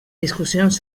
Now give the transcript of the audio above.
discussions